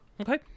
Okay